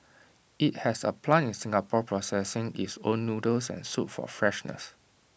IT has A plant in Singapore processing its own noodles and soup for freshness